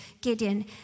Gideon